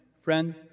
Friend